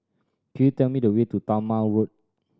could you tell me the way to Talma Road